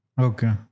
Okay